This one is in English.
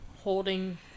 holding